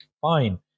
Fine